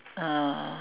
uh